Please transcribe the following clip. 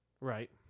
right